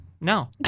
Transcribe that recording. no